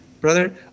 brother